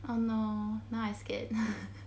oh no now I scared